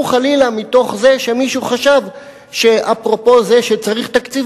חלילה מתוך זה שמישהו חשב שאפרופו זה שצריך תקציב